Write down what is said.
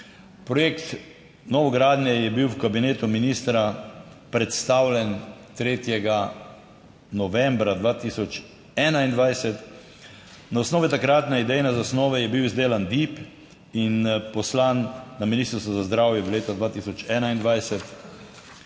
Projekt novogradnje je bil v kabinetu ministra predstavljen 3. novembra 2021, na osnovi takratne idejne zasnove je bil izdelan DIP in poslan na Ministrstvo za zdravje v letu 2021.